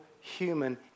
human